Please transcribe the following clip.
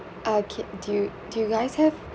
uh kid~ do you do you guys have